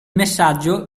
messaggio